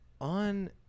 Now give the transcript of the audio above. on